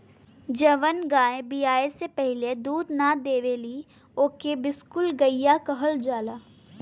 जवन गाय बियाये से पहिले दूध ना देवेली ओके बिसुकुल गईया कहल जाला